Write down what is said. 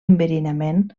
enverinament